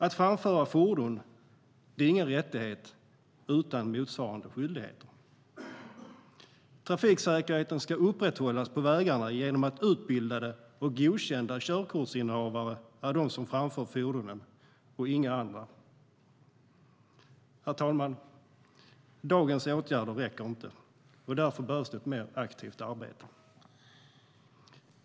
Att framföra fordon är ingen rättighet utan motsvarande skyldigheter. Trafiksäkerheten ska upprätthållas på vägarna genom att utbildade och godkända körkortsinnehavare framför fordonen och inga andra. Herr talman! Dagens åtgärder räcker inte, och därför behövs det ett mer aktivt arbete.